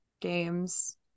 games